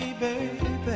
baby